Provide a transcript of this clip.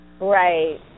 Right